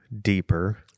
deeper